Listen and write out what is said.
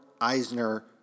Eisner